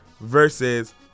versus